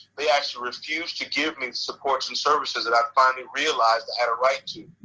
they actually refused to give me supports and services that i finally realized i had a right to.